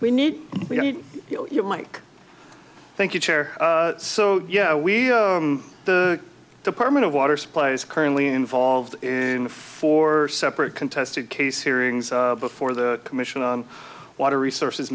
we need your mike thank you chair so yeah we the department of water supply is currently involved in four separate contested case hearings before the commission on water resources